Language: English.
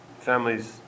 Families